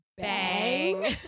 Bang